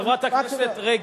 חברת הכנסת רגב,